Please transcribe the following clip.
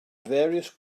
various